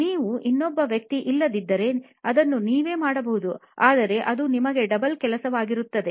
ನೀವು ಇನ್ನೊಬ್ಬ ವ್ಯಕ್ತಿ ಇಲ್ಲದ್ದಿದರೆ ಅದನ್ನು ನೀವೇ ಮಾಡಬಹುದು ಆದರೆ ಅದು ನಿಮಗೆ ಡಬಲ್ ಕೆಲಸವಾಗಿರುತ್ತದೆ